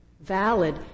valid